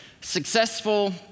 successful